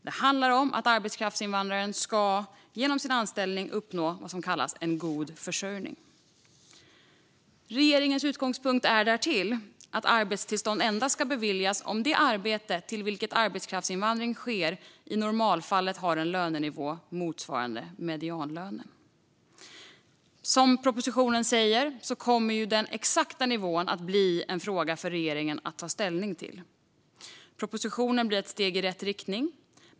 Det handlar om att arbetskraftsinvandrare genom sin anställning ska uppnå vad som kallas en god försörjning. Regeringens utgångspunkt är därtill att arbetstillstånd endast ska beviljas om det arbete till vilket arbetskraftsinvandring sker i normalfallet har en lönenivå motsvarande medianlönen. Som propositionen säger kommer den exakta nivån att bli en fråga för regeringen att ta ställning till. Propositionen blir ett steg i rätt riktning.